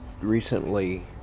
recently